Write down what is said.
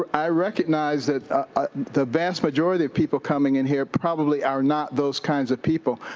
i recognize that the vast majority of people coming in here probably are not those kinds of people,